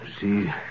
See